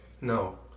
No